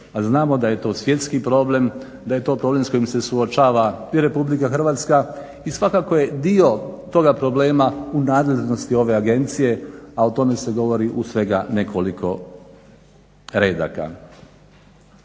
znamo da je to svjetski problem, da je to problem s kojim se suočava i RH i svakako je dio toga problema u nadležnosti ove agencije, a o tome se govori u svega nekoliko redaka.